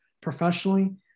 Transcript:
professionally